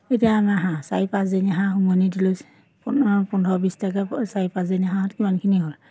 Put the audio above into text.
এতিয়া আমাৰ হাঁহ চাৰি পাঁচজনী হাঁহ উমনি দিলোঁ পোন পোন্ধৰ বিশটাকৈ চাৰি পাঁচজনী হাঁহত কিমানখিনি হ'ল